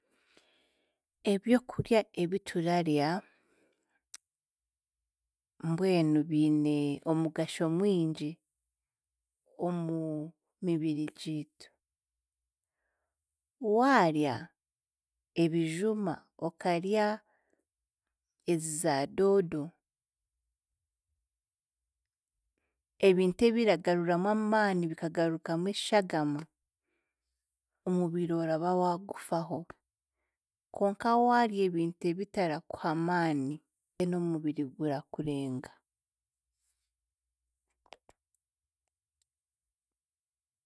Ebyokurya ebi turarya, mbwenu biine omugasho mwingi omu mibiri giitu. Waarya ebijuma okarya ezi za doodo, ebintu ebiragaruramu amaani bikagarukamu eshagama, omubiri oraba waagufaho, konka waarya ebintu ebitarakuha amaani, eno omubiri gurakurenga.